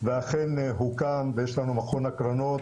ואכן הוקם ויש לנו מכון הקרנות,